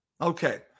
Okay